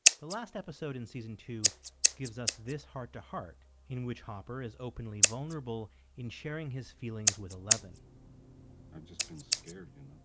the last episode in season two gives us this heart-to-heart in which hopper is openly vulnerable in sharing his feelings with eleven i've just been scared, you know